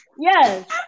Yes